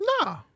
Nah